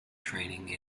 training